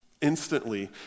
Instantly